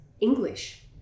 English